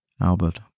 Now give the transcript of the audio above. Albert